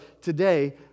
today